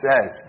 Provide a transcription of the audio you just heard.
says